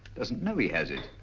doesn't know he has it.